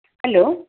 hello